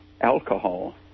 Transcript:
alcohol